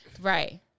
Right